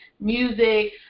music